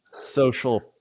social